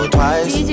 twice